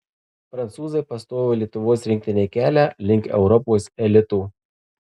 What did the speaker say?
prancūzai pastojo lietuvos rinktinei kelią link europos elito